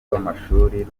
rw’amashuri